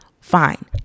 fine